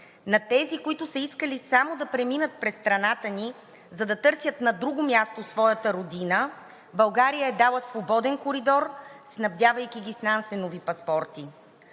На тези, които са искали само да преминат през страната ни, за да търсят на друго място своята родина, България е дала свободен коридор, снабдявайки ги с Нансенови паспорти.